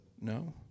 no